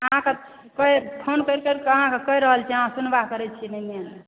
अहाँकेॅं फोन कए कऽ अहाँके कहि रहल छी से अहाँ सुनबाइ करै छियै नहि